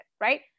right